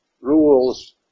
rules